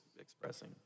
expressing